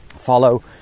Follow